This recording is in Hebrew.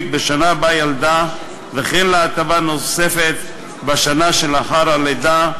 בשנה שבה ילדה וכן להטבה נוספת בשנה שלאחר הלידה,